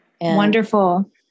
Wonderful